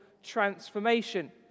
transformation